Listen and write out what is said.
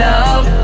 Love